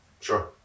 Sure